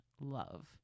love